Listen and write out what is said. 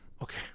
Okay